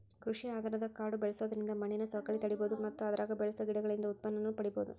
ಕೃಷಿ ಆಧಾರದ ಕಾಡು ಬೆಳ್ಸೋದ್ರಿಂದ ಮಣ್ಣಿನ ಸವಕಳಿ ತಡೇಬೋದು ಮತ್ತ ಅದ್ರಾಗ ಬೆಳಸೋ ಗಿಡಗಳಿಂದ ಉತ್ಪನ್ನನೂ ಪಡೇಬೋದು